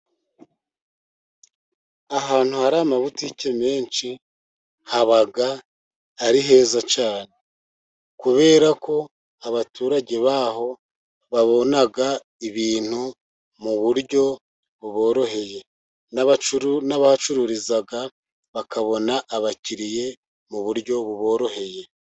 Ahantu hari amabutike menshi haba ari heza cyane, kubera ko abaturage baho babona ibintu mu buryo buboroheye, n'abahacururiza bakabona abakiriya mu buryo buboroheye.